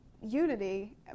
unity